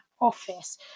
office